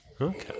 Okay